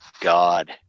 God